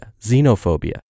xenophobia